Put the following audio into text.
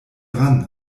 dran